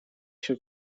się